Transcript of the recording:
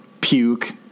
Puke